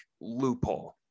loophole